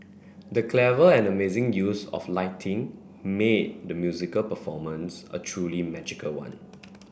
the clever and amazing use of lighting made the musical performance a truly magical one